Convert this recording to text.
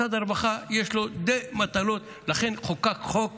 למשרד הרווחה יש די מטלות, ולכן חוקק חוק